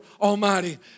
Almighty